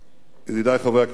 ידידי חברי הכנסת,